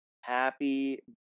happy